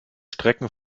strecken